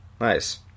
Nice